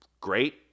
Great